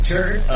Turn